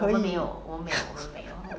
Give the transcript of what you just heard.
可以